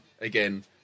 again